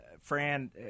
Fran